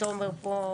ביקרתי